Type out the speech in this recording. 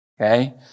Okay